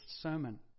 sermon